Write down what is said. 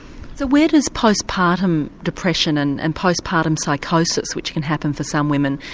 so where does post-partum depression and and post-partum psychosis, which can happen for some women,